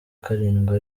karindwi